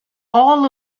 all